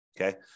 okay